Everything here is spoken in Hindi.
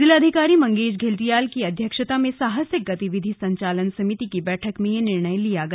जिलाधिकारी मंगेश घिल्डियाल की अध्यक्षता में साहसिक गतिविधि संचालन समिति की बैठक में यह निर्णय लिया गया